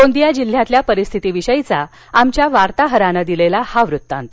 गोंदिया जिल्ह्यातील परिस्थिती विषयीचा आमच्या वार्ताहरानं दिलेला हा वृत्तांत